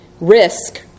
risk